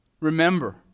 Remember